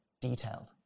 detailed